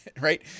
right